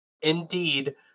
Indeed